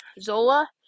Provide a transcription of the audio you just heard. Zola